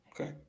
Okay